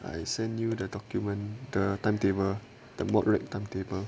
I sent you the document the timetable the mod rate timetable